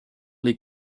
les